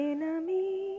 Enemy